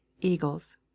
eagles